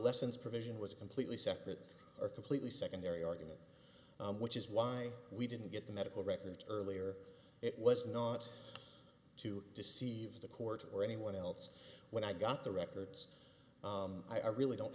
convalescence provision was a completely separate or completely secondary argument which is why we didn't get the medical records earlier it was not to deceive the court or anyone else when i got the records i really don't